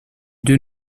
deux